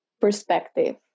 perspective